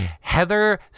Heather